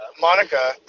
Monica